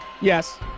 Yes